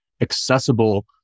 accessible